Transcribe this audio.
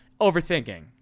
Overthinking